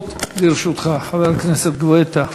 דקות לרשותך, חבר הכנסת גואטה.